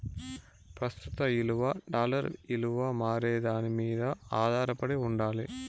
ప్రస్తుత ఇలువ డాలర్ ఇలువ మారేదాని మింద ఆదారపడి ఉండాలి